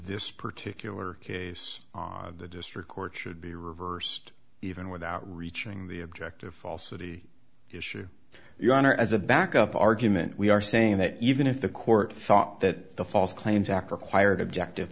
this particular case the district court should be reversed even without reaching the objective falsity issue your honor as a backup argument we are saying that even if the court thought that the false claims act required objective